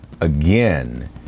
again